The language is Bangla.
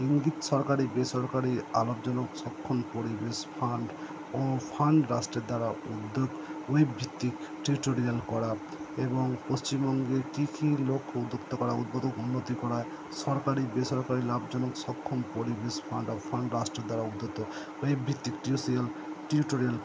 ইঙ্গিত সরকারি বেসরকারি অলাভজনক সক্ষম পরিবেশ ফান্ড ও ফান্ড দ্বারা উদ্যোগ ভিত্তিক টিউটোরিয়াল করা এবং পশ্চিমবঙ্গে কি কি লোক উদ্যোক্তা করা উদ্বোধক উন্নতি করা সরকারি বেসরকারি লাভজনক সক্ষম পরিবেশ ফান্ড অফ ফান্ড রাষ্ট্রের দ্বারা উদ্যত টিউটোরিয়াল